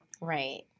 Right